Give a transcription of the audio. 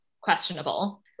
questionable